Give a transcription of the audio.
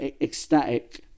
ecstatic